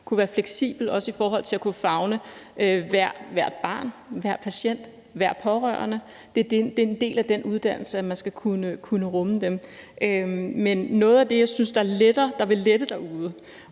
at være fleksibel i forhold til også at kunne favne hvert barn, hver patient, hver pårørende. Det er en del af den uddannelse, at man skal kunne rumme dem. Men noget af det, som jeg synes vil gøre det lettere derude,